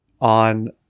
on